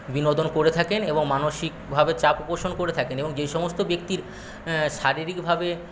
বিনোদন করে থাকেন এবং মানসিকভাবে চাপও পোষণ করে থাকেন এবং যেই সমস্ত ব্যক্তির শারীরিকভাবে